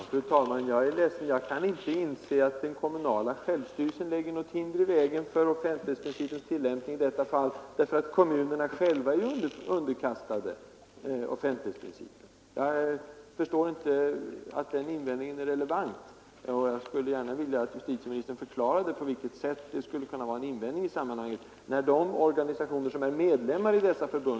Fru talman! Jag är ledsen, men jag kan inte inse att den kommunala självstyrelsen lägger något hinder i vägen för offentlighetsprincipens tillämpning. Kommunerna själva är ju underkastade offentlighetsprincipen. Jag förstår inte den invändningen.